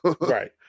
right